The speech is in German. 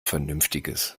vernünftiges